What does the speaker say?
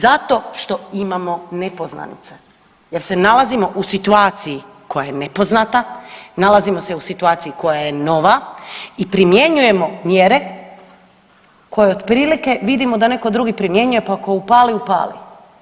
Zato što imamo nepoznanice jer se nalazimo u situaciji koja je nepoznata, nalazimo se u situaciji koja je nova i primjenjujemo mjere koje otprilike vidimo da neko drugi primjenjuje pa ako upali, upali.